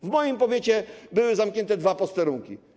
W moim powiecie były zamknięte dwa posterunki.